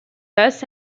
bus